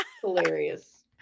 Hilarious